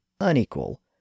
unequal